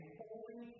holy